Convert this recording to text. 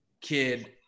kid